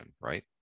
right